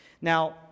Now